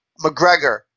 McGregor